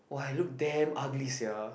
[wah] you look damn ugly sia